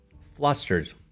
flustered